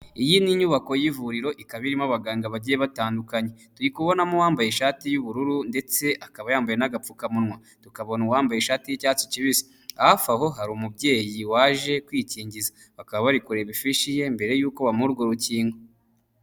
Iyi ni inyubako y'ivuriro ikaba irimo abaganga bagiye batandukanye turi kubonamo uwambaye ishati y'ubururu ndetse akaba yambaye n'agapfukamunwa tukabona uwambaye ishati y'icyatsi kibisi hafi aho hari umubyeyi waje kwikingiza bakaba bari kureba ifishi ye mbere y'uko bamuha urwo rukinga.